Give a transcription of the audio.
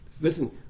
listen